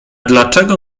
dlaczego